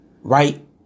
Right